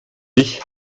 ich